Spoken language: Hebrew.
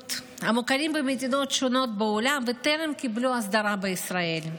בריאות המוכרים במדינות שונות בעולם וטרם קיבלו הסדרה בישראל.